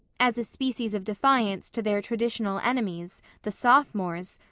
as a species of defiance to their traditional enemies, the sophomores,